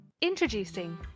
Introducing